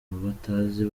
batazi